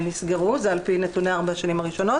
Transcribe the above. נסגרו על פי נתוני ארבע השנים הראשונות